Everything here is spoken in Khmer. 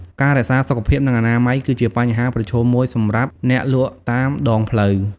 ការរក្សាសុខភាព និងអនាម័យគឺជាបញ្ហាប្រឈមមួយសម្រាប់អ្នកលក់តាមដងផ្លូវ។